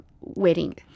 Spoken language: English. wedding